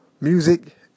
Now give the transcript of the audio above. music